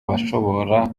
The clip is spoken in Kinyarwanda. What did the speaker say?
bashobora